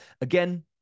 Again